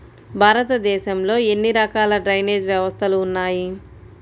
భారతదేశంలో ఎన్ని రకాల డ్రైనేజ్ వ్యవస్థలు ఉన్నాయి?